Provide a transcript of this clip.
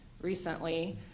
recently